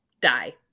die